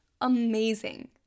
amazing